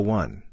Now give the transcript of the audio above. one